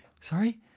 Sorry